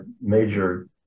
major